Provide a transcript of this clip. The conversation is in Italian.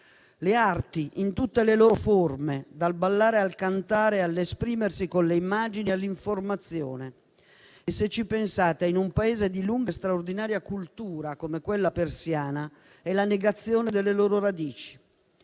le arti, in tutte le loro forme, dal ballare al cantare, all'esprimersi con le immagini, all'informazione. Se ci pensate, in un Paese di lunga e straordinaria cultura, come quella persiana, è la negazione delle loro radici.